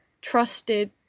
trusted